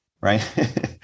right